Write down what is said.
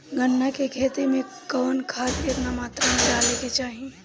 गन्ना के खेती में कवन खाद केतना मात्रा में डाले के चाही?